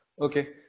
Okay